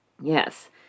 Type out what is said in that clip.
Yes